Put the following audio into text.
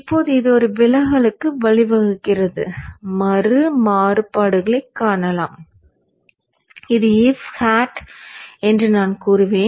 இப்போது இது ஒரு விலகலுக்கு வழிவகுக்கிறது மறு மாறுபாடுகளைக் காணலாம் இது f hat என்று நான் கூறுவேன்